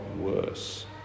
worse